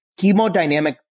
hemodynamic